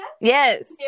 Yes